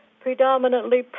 predominantly